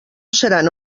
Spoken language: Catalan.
seran